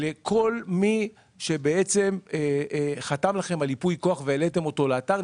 לכל מי שחתם לכם על ייפוי כוח והעליתם אותו לאתר,